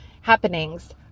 happenings